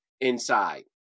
inside